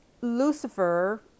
Lucifer